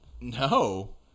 No